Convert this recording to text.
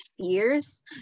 fears